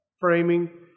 framing